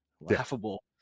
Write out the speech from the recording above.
laughable